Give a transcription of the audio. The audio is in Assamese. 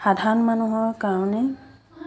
সাধাৰণ মানুহৰ কাৰণে